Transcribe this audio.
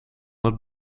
het